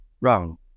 Wrong